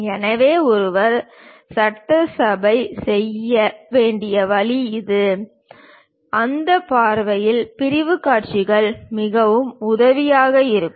எனவே ஒருவர் சட்டசபை செய்ய வேண்டிய வழி இது அந்த பார்வையில் பிரிவுக் காட்சிகள் மிகவும் உதவியாக இருக்கும்